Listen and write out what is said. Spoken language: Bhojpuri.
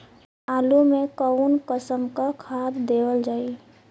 आलू मे कऊन कसमक खाद देवल जाई?